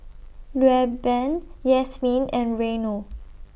Rueben Yasmine and Reino